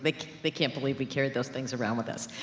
like they can't believe we carried those things around with us.